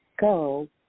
go